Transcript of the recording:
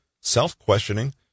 self-questioning